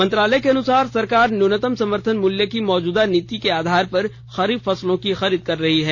मंत्रालय के अनुसार सरकार न्यूनतम समर्थन मूल्य की मौजूदा नीति के आधार पर खरीफ फसलों की खरीद कर रही है